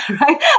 right